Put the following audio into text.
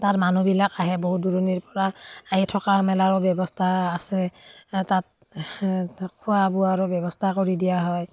তাৰ মানুহবিলাক আহে বহুত দূৰণিৰপৰা আহি থকা মেলাৰো ব্যৱস্থা আছে তাত খোৱা বোৱাৰো ব্যৱস্থা কৰি দিয়া হয়